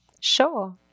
Sure